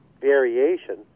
variation